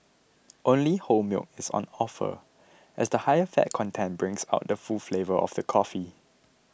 only whole milk is on offer as the higher fat content brings out the full flavour of the coffee